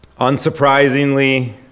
Unsurprisingly